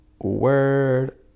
Word